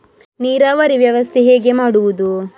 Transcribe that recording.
ನೀರಾವರಿ ವ್ಯವಸ್ಥೆ ಹೇಗೆ ಮಾಡುವುದು?